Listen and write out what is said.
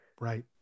Right